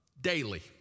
daily